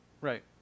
Right